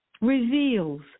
reveals